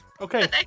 Okay